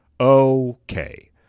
Okay